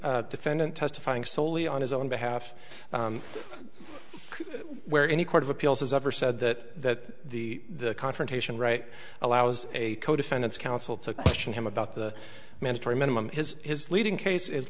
defendant testifying solely on his own behalf where any court of appeals has ever said that the confrontation right allows a co defendant's counsel to question him about the mandatory minimum his his leading case is